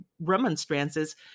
remonstrances